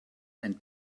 and